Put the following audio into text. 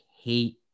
hate